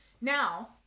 now